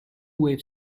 wave